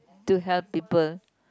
to help people